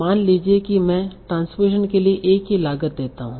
और मान लीजिए कि मैं ट्रांसपोज़िशन के लिए एक की लागत देता हूं